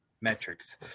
metrics